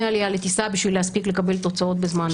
העלייה לטיסה בשביל להספיק לקבל תוצאות בזמן,